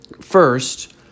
First